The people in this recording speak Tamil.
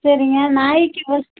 சரிங்க நாய்க்கு ஃபஸ்ட்